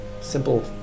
Simple